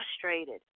frustrated